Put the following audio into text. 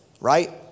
right